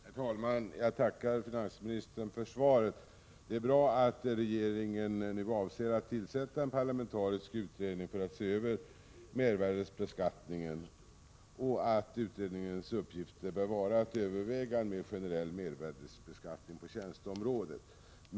Herr talman! Jag tackar finansministern för svaret. Det är bra att regeringen nu avser att tillsätta en parlamentarisk utredning för att se över mervärdebeskattningen och att en av utredningens uppgifter bör vara att överväga en mer generell mervärdebeskattning på tjänsteområdet.